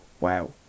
...wow